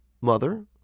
Mother